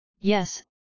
Yes